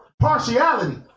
partiality